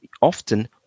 often